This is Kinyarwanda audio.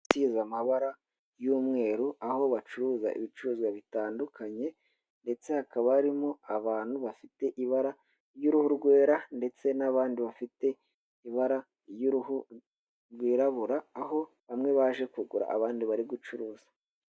Isize amabara y'umweru, aho bacuruza ibicuruzwa bitandukanye ndetse hakaba harimo abantu bafite ibara ry'uruhu rwera, ndetse n'abandi bafite ibara ry'uruhu rwirabura, aho bamwe baje kugura abandi bari gucuruza.